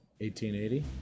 1880